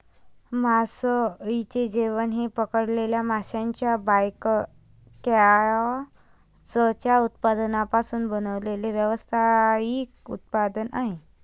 मासळीचे जेवण हे पकडलेल्या माशांच्या बायकॅचच्या उत्पादनांपासून बनवलेले व्यावसायिक उत्पादन आहे